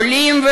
עולים,